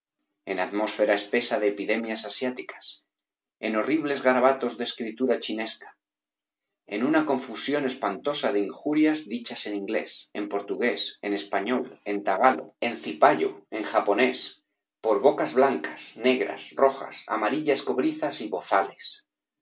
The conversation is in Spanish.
en atmósfera espesa de epidemias asiáticas en horribles garabatos de escritura chinesca en una confusión espantosa de injurias dichas en inglés en portugués en español en tagalo tropiguillos en cipayo en japonés por bocas blancas negras rojas amarillas cobrizas y bozales